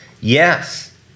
Yes